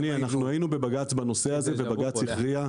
אדוני, היינו בבג"ץ בנושא הזה, ובג"ץ אמר.